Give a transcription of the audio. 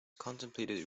contemplated